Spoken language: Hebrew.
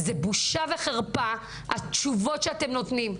זה בושה וחרפה התשובות שאתם נותנים.